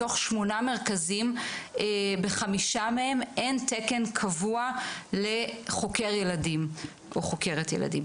מתוך שמנה מרכזים אין תקן קבוע לחוקר/ת ילדים.